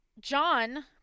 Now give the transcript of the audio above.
john